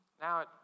Now